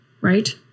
right